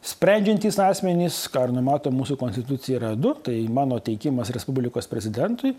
sprendžiantys asmenys ką ir numato mūsų konstitucija yra du tai mano teikimas respublikos prezidentui